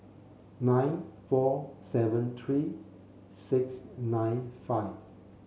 nine four seven three six nine five